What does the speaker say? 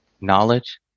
knowledge